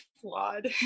flawed